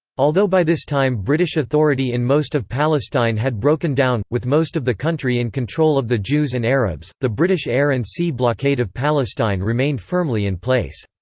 although by this time british authority in most of palestine had broken down, with most of the country in control of the jews and arabs, the british air and sea blockade of palestine remained firmly in place.